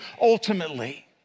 ultimately